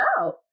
out